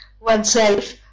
oneself